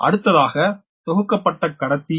அடுத்தாக தொகுக்கப்பட்ட கடத்தி